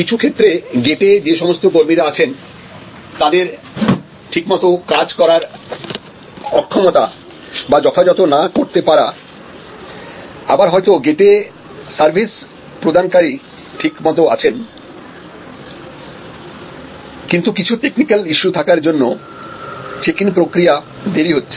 কিছু ক্ষেত্রে গেটে যে সমস্ত কর্মীরা আছেন তাদের ঠিকমতো কাজ করার অক্ষমতা বা যথাযথ না করতে পারা আবার হয়তো গেটে সার্ভিস প্রদানকারী ঠিকমতো আছেন কিন্তু কিছু টেকনিক্যাল ইসু থাকার জন্য চেক ইন প্রক্রিয়া দেরি হচ্ছে